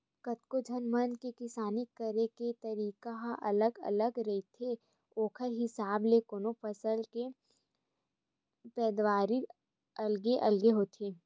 कतको झन मन के किसानी करे के तरीका ह अलगे अलगे रहिथे ओखर हिसाब ल कोनो फसल के पैदावारी अलगे अलगे होथे